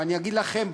ואני אגיד לכם,